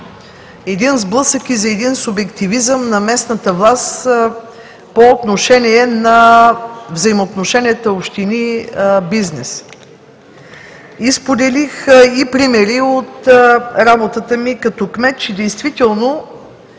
един сблъсък и субективизъм на местната власт по отношение на взаимоотношенията общини/бизнес. Споделих и примери от работата ми като кмет, че действително